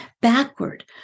backward